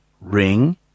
Ring